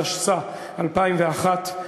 התשס"א 2001,